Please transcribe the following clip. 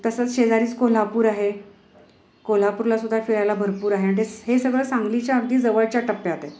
तसंच शेजारीच कोल्हापूर आहे कोल्हापूरलासुद्धा फिरायला भरपूर आहे आणि ते हे सगळं सांगलीच्या अगदी जवळच्या टप्प्यात आहे